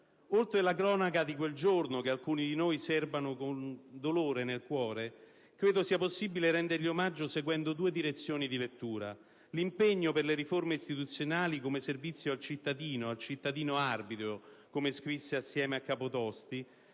Oltre la cronaca di quel giorno, che alcuni di noi serbano con dolore nel cuore, credo sia possibile rendergli omaggio seguendo due direzioni di lettura: l'impegno per le riforme istituzionali come servizio al cittadino, al "cittadino-arbitro", come scrisse assieme a Capotosti,